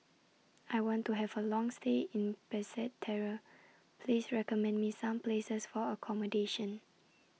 I want to Have A Long stay in Basseterre Please recommend Me Some Places For accommodation